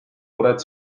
muret